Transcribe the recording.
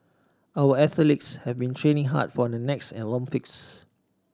our athletes have been training hard for the next Olympics